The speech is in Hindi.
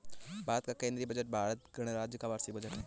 भारत का केंद्रीय बजट भारत गणराज्य का वार्षिक बजट है